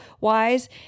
wise